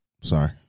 Sorry